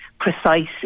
precise